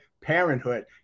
Parenthood